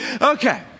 Okay